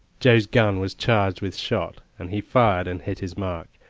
joe's gun was charged with shot, and he fired and hit his mark,